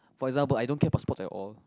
for example I don't care about sports at all